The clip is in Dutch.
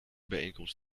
bijeenkomst